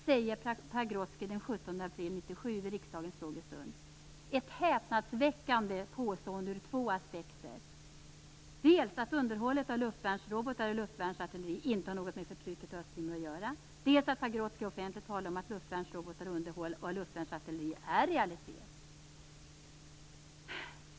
säger Pagrotsky den 17 Det är ett häpnadsväckande påstående ur två aspekter, dels att underhållet av luftvärnsrobotar och luftvärnsartilleri inte har något med förtrycket i Östtimor att göra, dels att Pagrotsky offentligt talar om att luftvärnsrobotar och underhåll av luftvärnsartilleri är realitet.